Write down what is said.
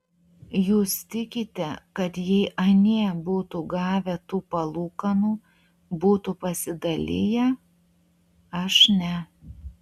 jūs tikite kad jei anie būtų gavę tų palūkanų būtų pasidaliję aš ne